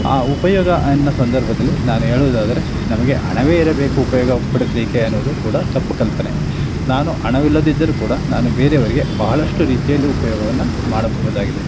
ಆ ಉಪಯೋಗ ಅನ್ನೋ ಸಂದರ್ಭದಲ್ಲಿ ನಾನು ಹೇಳುವುದಾದರೆ ನಮಗೆ ಹಣವೇ ಇರಬೇಕು ಉಪಯೋಗ ಪಡಿಸಲಿಕ್ಕೆ ಅನ್ನೋದು ಕೂಡ ತಪ್ಪು ಕಲ್ಪನೆ ನಾನು ಹಣವಿಲ್ಲದಿದ್ದರೂ ಕೂಡ ನಾನು ಬೇರೆಯವರಿಗೆ ಬಹಳಷ್ಟು ರೀತಿಯಲ್ಲಿ ಉಪಯೋಗವನ್ನು ಮಾಡಬಹುದಾಗಿದೆ